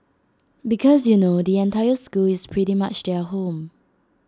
because you know the entire school is pretty much their home